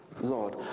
lord